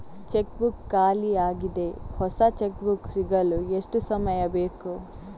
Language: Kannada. ಚೆಕ್ ಬುಕ್ ಖಾಲಿ ಯಾಗಿದೆ, ಹೊಸ ಚೆಕ್ ಬುಕ್ ಸಿಗಲು ಎಷ್ಟು ಸಮಯ ಬೇಕು?